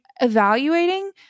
evaluating